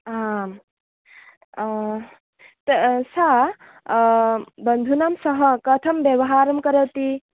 आम् त सा बन्धूनां सह कथं व्यवहारं करोति